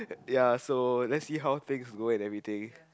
ya so let's see how things go and everything